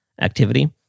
activity